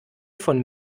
von